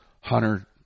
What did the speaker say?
Hunter